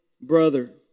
brother